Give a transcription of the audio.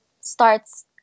starts